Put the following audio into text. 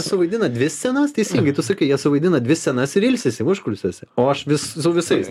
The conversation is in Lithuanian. suvaidina dvi scenas teisingai tu sakai jie suvaidina dvi scenas ir ilsisi užkulisiuose o aš vis su visais